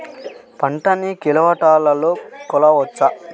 పంటను క్వింటాల్లలో కొలవచ్చా?